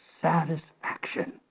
satisfaction